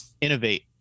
innovate